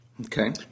Okay